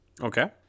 Okay